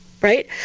right